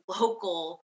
local